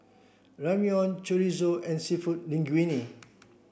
Ramyeon Chorizo and Seafood Linguine